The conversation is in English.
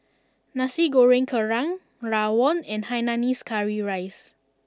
Nasi Goreng Kerang Rawon and Hainanese Curry Rice